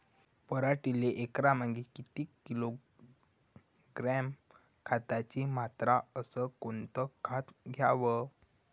पराटीले एकरामागं किती किलोग्रॅम खताची मात्रा अस कोतं खात द्याव?